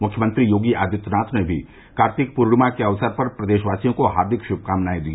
मुख्यमंत्री योगी आदित्यनाथ ने भी कार्तिक पूर्णिमा के अवसर पर प्रदेशवासियों को हार्दिक श्भकामनाए दी